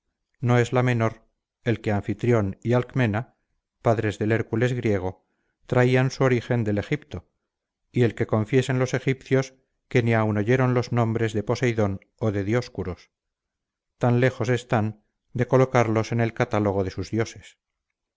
no es la menor el que anfitrión y alcmena padres del hércules griego traían su origen del egipto y el que confiesen los egipcios que ni aun oyeron los nombres de posideon o de dioscuros tan lejos están de colocarlos en el catálogo de sus dioses